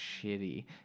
shitty